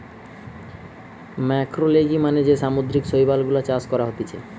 ম্যাক্রোলেগি মানে যে সামুদ্রিক শৈবাল গুলা চাষ করা হতিছে